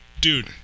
dude